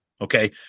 Okay